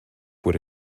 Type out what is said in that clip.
would